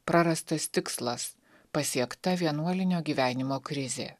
prarastas tikslas pasiekta vienuolinio gyvenimo krizė